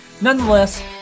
Nonetheless